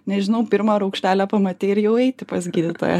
nežinau pirmą raukšlelę pamatei ir jau eiti pas gydytoją